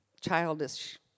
childish